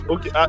Okay